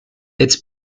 its